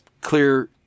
clear